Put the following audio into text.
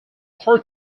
third